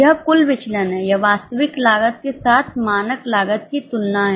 यह कुल विचलन है यह वास्तविक लागत के साथ मानक लागत की तुलना है